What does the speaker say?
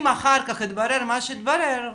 אם אחר כך התברר מה שהתברר,